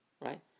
right